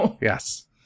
yes